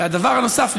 הדבר הנוסף,